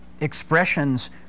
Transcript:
expressions